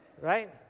Right